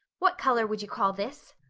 what color would you call this?